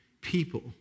people